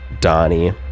donnie